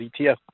ETF